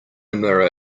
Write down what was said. mirror